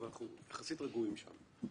אבל אנחנו יחסית רגועים שם.